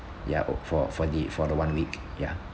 ya o~ for for the for the one week ya